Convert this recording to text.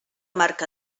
marc